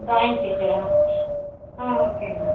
drawing டீச்சரா ஆ okay ma'am